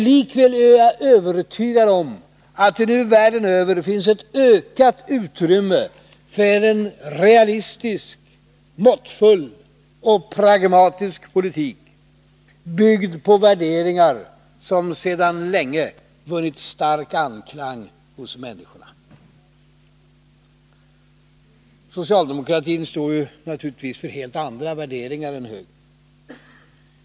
Likväl är jag övertygad om att det världen över finns ett ökat utrymme för en realistisk, måttfull och pragmatisk politik, byggd på värderingar som sedan länge vunnit stark anklang hos människorna. Socialdemokratin står naturligtvis för helt andra värderingar än högern.